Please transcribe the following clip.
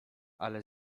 ale